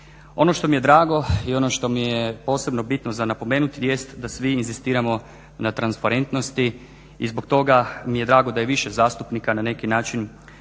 Ono što mi je drago i ono što mi je posebno bitno za napomenuti jest da svi inzistiramo na transparentnosti i zbog toga mi je drago da je više zastupnika na neki način